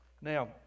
Now